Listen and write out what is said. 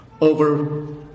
over